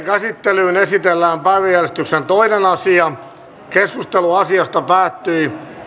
käsittelyyn esitellään päiväjärjestyksen toinen asia keskustelu asiasta päättyi